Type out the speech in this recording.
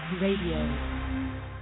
Radio